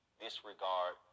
disregard